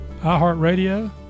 iHeartRadio